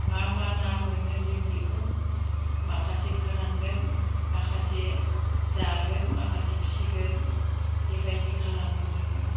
मा मा ना मोनो जों बेखौ माखासे फोरानगोन माखासे जागोन माखासे फिसिगोन बेबायदि खालामो जोङो